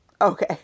Okay